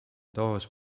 taas